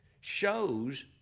shows